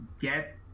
get